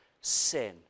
sin